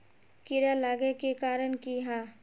कीड़ा लागे के कारण की हाँ?